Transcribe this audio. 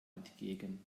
entgegen